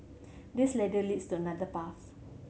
this ladder leads to another path